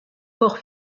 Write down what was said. corps